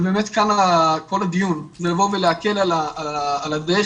ובאמת, כל הדיון לבוא ולהקל איך